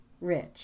rich